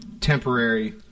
temporary